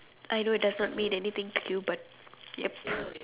I know it does not mean anything to you but yup